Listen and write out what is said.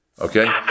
Okay